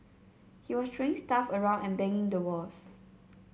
he was throwing stuff around and banging the walls